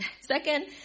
Second